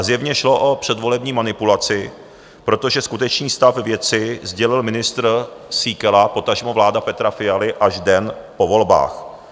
Zjevně šlo o předvolební manipulaci, protože skutečný stav věci sdělil ministr Síkela, potažmo vláda Petra Fialy, až den po volbách.